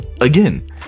again